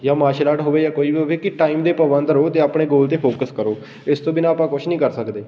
ਜਾਂ martial art ਹੋਵੇ ਜਾਂ ਕੋਈ ਵੀ ਹੋਵੇ ਕਿ ਟਾਈਮ ਦੇ ਪਾਬੰਦ ਰਹੋ ਅਤੇ ਆਪਣੇ ਗੋਲ 'ਤੇ ਫੋਕਸ ਕਰੋ ਇਸ ਤੋਂ ਬਿਨਾਂ ਆਪਾਂ ਕੁਛ ਨਹੀਂ ਕਰ ਸਕਦੇ